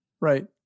Right